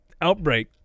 Outbreak